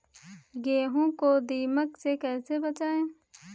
गेहूँ को दीमक से कैसे बचाएँ?